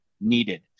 needed